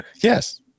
yes